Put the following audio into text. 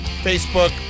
Facebook